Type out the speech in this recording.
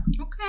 Okay